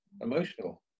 emotional